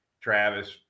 Travis